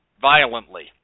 violently